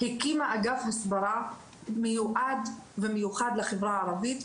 הקימה אגף הסברה מיועד ומיוחד לחברה הערבית,